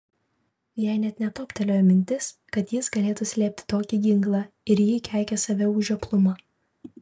jai net netoptelėjo mintis kad jis galėtų slėpti tokį ginklą ir ji keikė save už žioplumą